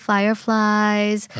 Fireflies